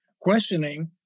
questioning